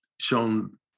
shown